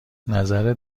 نظرت